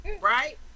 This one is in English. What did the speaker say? right